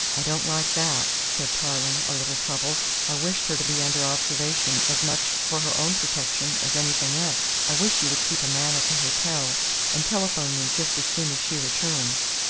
i don't like that, said tarling, a little troubled. i wished her to be under observation as much for her own protection as anything else. i wish you would keep a man at the hotel and telephone me just as soon as she returns.